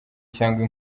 cyangwa